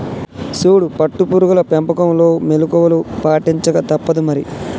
సూడు పట్టు పురుగుల పెంపకంలో మెళుకువలు పాటించక తప్పుదు మరి